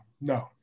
no